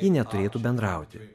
ji neturėtų bendrauti